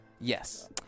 Yes